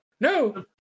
No